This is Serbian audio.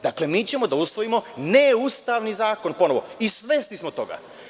Dakle, mi ćemo da usvojimo neustavni zakon i svesni smo toga.